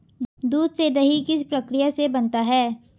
दूध से दही किस प्रक्रिया से बनता है?